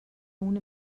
una